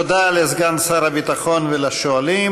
תודה לסגן שר הביטחון ולשואלים.